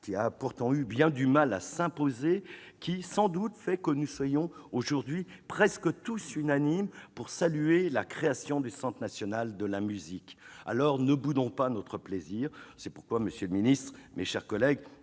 a pourtant eu bien du mal à s'imposer, qui fait sans doute que nous sommes aujourd'hui presque unanimes pour saluer la création du Centre national de la musique. Alors, ne boudons pas notre plaisir ! C'est pourquoi, monsieur le ministre, mes chers collègues,